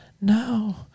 No